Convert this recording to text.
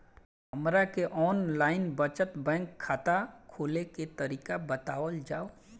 हमरा के online बचत बैंक खाता खोले के तरीका बतावल जाव?